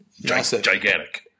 gigantic